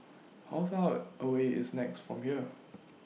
How Far away IS Nex from here